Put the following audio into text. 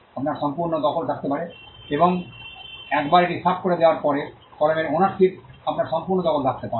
আপনার সম্পূর্ণ দখল থাকতে পারে এবং একবার এটি সাফ করে দেওয়ার পরে কলমের ওনারশিপ আপনার সম্পূর্ণ দখল থাকতে পারে